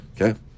Okay